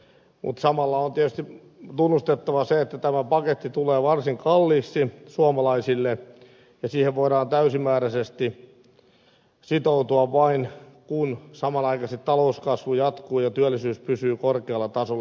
mutta samalla on tietysti tunnustettava se että tämä paketti tulee varsin kalliiksi suomalaisille ja siihen voidaan täysimääräisesti sitoutua vain kun samanaikaisesti talouskasvu jatkuu ja työllisyys pysyy korkealla tasolla